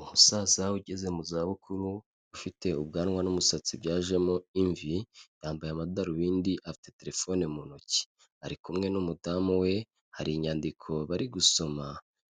Umusaza ugeze mu za bukuru ufite ubwanwa n'umusatsi byajemo imvi yambaye amadarubindi, afite terefone mu ntoki, ari kumwe n'umudamu we hari inyandiko bari gusoma,